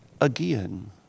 again